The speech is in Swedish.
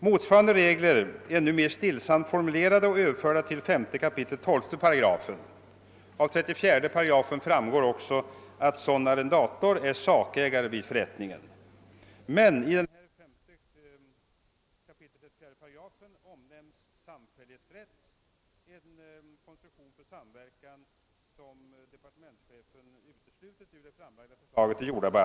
Motsvarande regler är nu överförda till 5 kap. 12 § fastighetsbildningslagen. Av 34 8 framgår också att sådan arrendator är sakägare vid förrättningen. I sistnämnda paragraf omnämnes även samfällighetsrätt, en konstruktion för samverkan som =:departementschefen uteslutit ur det framlagda förslaget till jordabalk.